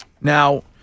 Now